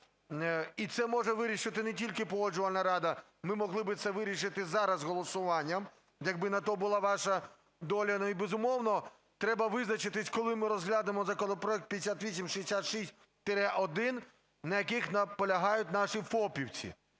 І це може вирішити не тільки Погоджувальна рада, ми могли це вирішити зараз голосуванням, якби на то була ваша доля. Ну і, безумовно, треба визначитися, коли ми розглянемо законопроект 5866-1, на яких наполягають наші фопівці.